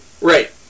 Right